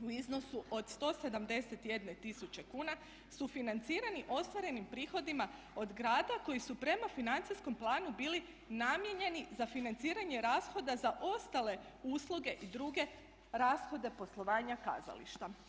u iznosu od 171 tisuće kuna sufinancirani ostvarenim prihodima od grada koji su prema financijskom planu bili namijenjeni za financiranje rashoda za ostale usluge i druge rashode poslovanja kazališta.